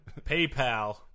PayPal